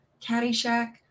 Caddyshack